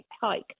hike